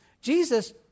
Jesus